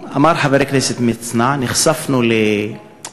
היום, אמר חבר הכנסת מצנע, נחשפנו לסטטיסטיקות